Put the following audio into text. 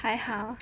还好